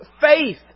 faith